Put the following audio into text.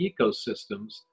ecosystems